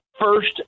first